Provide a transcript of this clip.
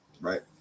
right